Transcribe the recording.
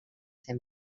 ser